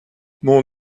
mon